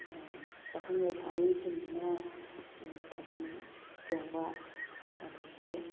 ꯄꯥꯈꯪ ꯂꯩꯁꯥꯕꯤꯁꯤꯡꯁꯤꯅ ꯊꯥꯕꯜ ꯆꯣꯡꯕ ꯑꯗꯒꯤ